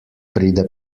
pride